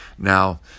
Now